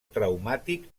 traumàtic